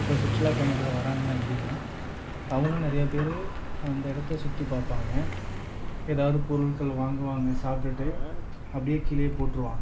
இப்போ சுற்றுலா பயணிகள் வராங்க அப்படின்னா அவங்கள்ல நிறையா பேர் அந்த இடத்த சுற்றி பார்ப்பாங்க ஏதாவது பொருட்கள் வாங்குவாங்க சாப்பிட்டுட்டு அப்படியே கீழேயே போட்டுருவாங்க